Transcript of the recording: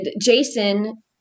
Jason